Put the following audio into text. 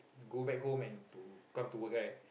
go back home and to come to work right